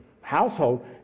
household